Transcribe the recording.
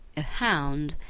a hound,